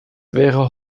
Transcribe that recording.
wäre